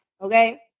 Okay